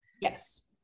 Yes